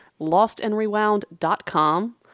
lostandrewound.com